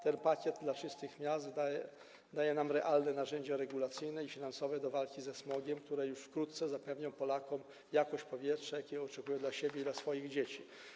Ten pakiet dla czystych miast daje nam realne narzędzia regulacyjne i finansowe do walki ze smogiem, które już wkrótce zapewnią Polakom jakość powietrza, jakiego oczekują dla siebie i dla swoich dzieci.